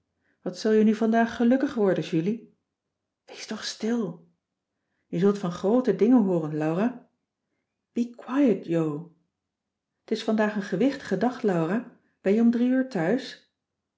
wat zul je nu vandaag gelukkig worden julie wees toch stil je zult van groote dingen hooren laura be quiet jo t is vandaag een gewichtige dag laura ben je om drie uur thuis